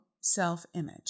self-image